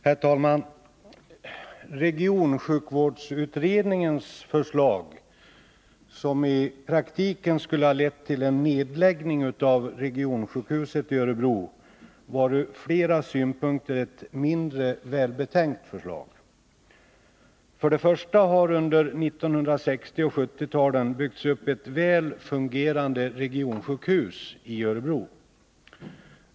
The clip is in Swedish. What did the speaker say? Herr talman! Regionsjukvårdsutredningens förslag, som i praktiken skulle ha lett till en nedläggning av regionsjukhuset i Örebro, var ur flera synpunkter ett mindre välbetänkt förslag. För det första har under 1960 och 1970-talen byggts upp ett väl fungerande regionsjukhus i Örebro.